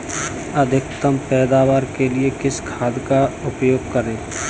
अधिकतम पैदावार के लिए किस खाद का उपयोग करें?